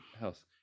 house